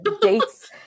dates